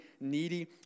needy